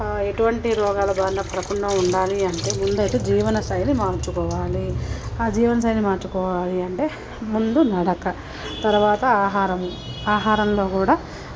ఎటువంటి రోగాలు బారిన పడకుండా ఉండాలి అంటే ముందైతే జీవనశైలి మార్చుకోవాలి జీవనశైలి మార్చుకోవాలి అంటే ముందు నడక తర్వాత ఆహారము ఆహారంలో గూడా